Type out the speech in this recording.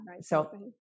so-